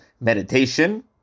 meditation